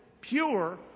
Pure